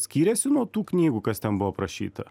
skyrėsi nuo tų knygų kas ten buvo aprašyta